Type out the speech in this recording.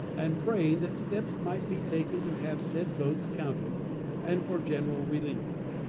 and praying that steps might be taken to have said votes counted and for general relief.